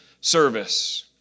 service